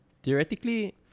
theoretically